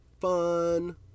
fun